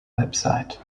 website